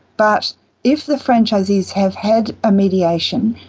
but if the franchisees have had a mediation,